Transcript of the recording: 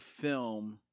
film